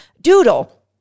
doodle